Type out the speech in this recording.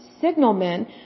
Signalmen